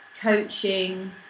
coaching